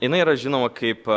jinai yra žinoma kaip